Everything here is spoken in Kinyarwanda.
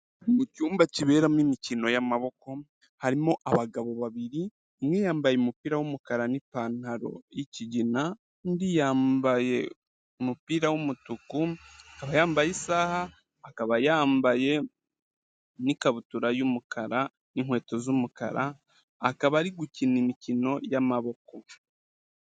Icyumba kiberamo imikino y'amaboko, harimo abagabo babiri, umwe yambaye umupira w'umukarara n'ipantaro y'ikigina, undi yambaye umupira w'umutuku, akaba yambaye isaha, akaba yambaye n'ikabutura y'umukara, n'inkweto z'umukara, akaba ari gukina n'imikino y'amaboko.